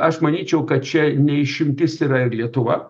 aš manyčiau kad čia ne išimtis yra ir lietuva